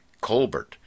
Colbert